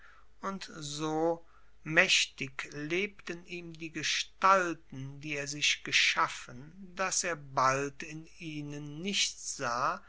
und so maechtig lebten ihm die gestalten die er sich geschaffen dass er bald in ihnen nichts sah